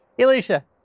Alicia